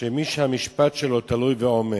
מי שהמשפט שלו תלוי ועומד,